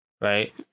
Right